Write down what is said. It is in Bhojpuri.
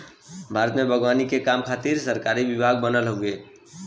भारत में बागवानी के काम खातिर सरकारी विभाग बनल हउवे